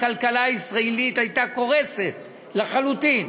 הכלכלה הישראלית הייתה קורסת לחלוטין.